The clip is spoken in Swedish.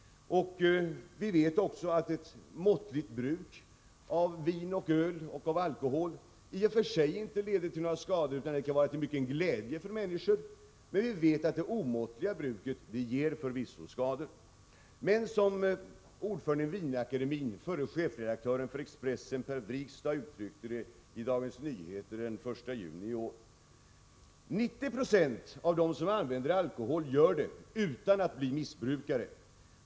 Vi vet att ett måttligt bruk av vin och öl och av alkohol i och för sig inte leder till några skador utan kan vara till mycken glädje för människor. Vi vet också att det omåttliga bruket förvisso ger skador. Men som ordföranden i Svenska vinakademin, förre chefredaktören för Expressen, Per Wrigstad uttryckte det i Dagens Nyheter den 1 juni i år: ”90 926 av dem som använder alkohol gör det utan att bli missbrukare.